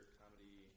comedy